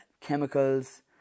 chemicals